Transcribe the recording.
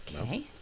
Okay